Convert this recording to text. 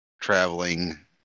traveling